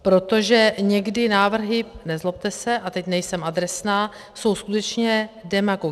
Protože někdy návrhy, nezlobte se, a teď nejsem adresná, jsou skutečně demagogické.